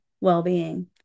well-being